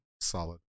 solid